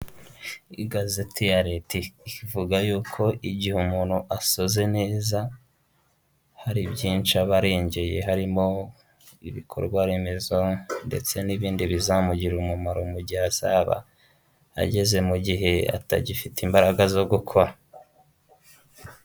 Igazeti ya leta ivuga yuko igihe umuntu asoze neza hari byinshi aba arengeye, harimo ibikorwaremezo ndetse n'ibindi bizamugirira umumaro mu gihe azaba ageze mu gihe atagifite imbaraga zo gukora.